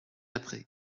après